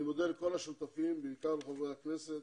אני מודה לכל השותפים, בעיקר לחברי הכנסת